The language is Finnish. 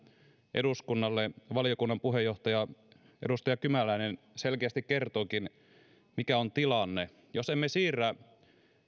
eduskunnalle valiokunnan puheenjohtaja edustaja kymäläinen selkeästi kertoikin mikä on tilanne jos emme siirrä